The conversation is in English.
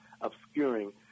obscuring